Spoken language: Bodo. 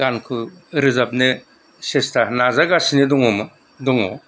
गानखौ रोजाबनो सेस्था नाजागासिनो दङमोन दङ